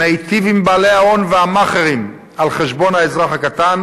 מיטיב עם בעלי ההון והמאכערים על חשבון האזרח הקטן